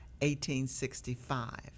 1865